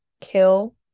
kill